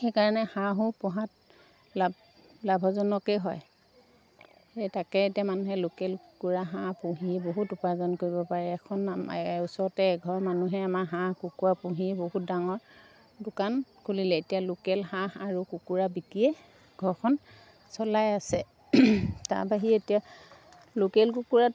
সেইকাৰণে হাঁহো পোহাত লাভ লাভজনকেই হয় সেই তাকে এতিয়া মানুহে লোকেল কুকুৰা হাঁহ পুহি বহুত উপাৰ্জন কৰিব পাৰে এখন আ ওচৰতে এঘৰ মানুহে আমাৰ হাঁহ কুকুৰা পুহি বহুত ডাঙৰ দোকান খুলিলে এতিয়া লোকেল হাঁহ আৰু কুকুৰা বিকিয়ে ঘৰখন চলাই আছে তাৰ বাহিৰে এতিয়া লোকেল কুকুৰাত